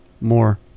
more